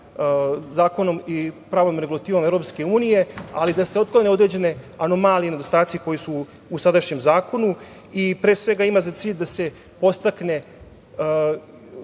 zakonom i pravnom regulativom EU, ali i da se otklone određene anomalije, nedostaci koji su u sadašnjem zakonu i pre svega ima za cilj da se podstakne